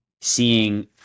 seeing